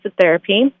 therapy